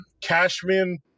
Cashman